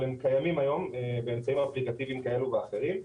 אבל הם קיימים היום באמצעים אפליקטיביים כאלו ואחרים.